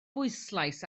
bwyslais